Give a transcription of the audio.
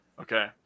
Okay